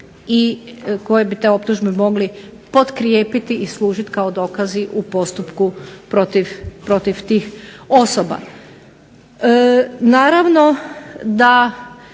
koji bi te optužbe mogli potkrijepiti i služiti kao dokazi u postupku protiv tih osoba.